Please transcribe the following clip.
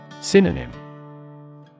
Synonym